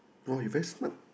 !wah! you very smart